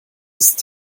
ist